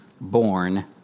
born